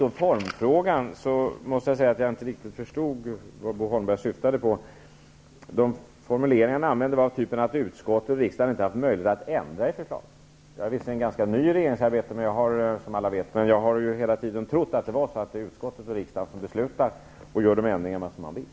Jag måste säga att jag inte riktigt förstod vad Bo Holmberg syftade på vad gäller formfrågan. Han sade ungefär att utskottet och riksdagen inte har haft möjlighet att ändra i förslaget. Jag är visserligen, som alla vet, ganska ny i regeringsarbetet, men jag har hela tiden trott att det var utskotten och riksdagen som beslutar och gör de ändringar man vill.